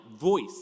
voice